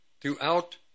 throughout